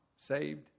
saved